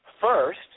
First